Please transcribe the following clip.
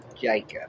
Jacob